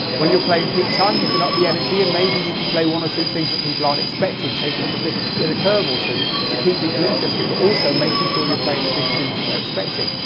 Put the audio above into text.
when you're playing peak time, you can up the energy and maybe you can play one or two things that people aren't expecting, take it in a bit of a curve or two to keep people interested but also making sure you're playing the big tunes that they're expecting.